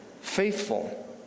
faithful